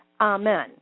Amen